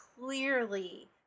clearly